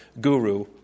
guru